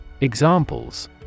Examples